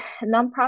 nonprofit